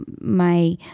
my-